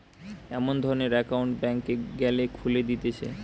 এমন ধরণের একউন্ট ব্যাংকে গ্যালে খুলে দিতেছে